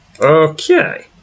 Okay